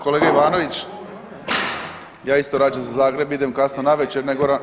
Kolega Ivanović, ja isto rađe za Zagreb idem kasno navečer nego